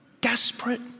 Desperate